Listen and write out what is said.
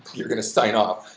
you're gonna sign off,